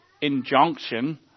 injunction